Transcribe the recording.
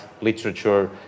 literature